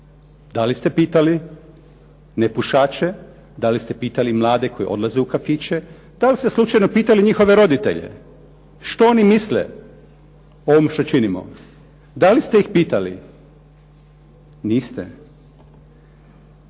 Da li ste pitali nepušače, da li ste pitali mlade koji odlaze u kafiće, da li ste slučajno pitali njihove roditelje? Što oni misle o ovom što činimo? Da li ste ih pitali? Niste.